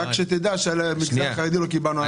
רק שתדע שעל המגזר החרדי לא קיבלנו תשובות,